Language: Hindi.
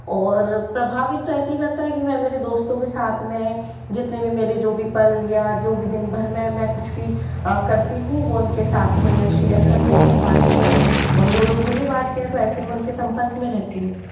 और प्रभावित तो ऐसे करता है कि मैं मेरे दोस्तों के साथ में जितने भी मेरे जो भी पल या जो भी दिनभर में मैं कुछ भी करती हूँ वो उनके साथ में मैं शेयर करती हूँ बांटती हूँ और वो लोग मुझे बांटते हैं तो ऐसे मैं उनके संपर्क में रहती हूँ